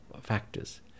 factors